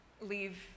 leave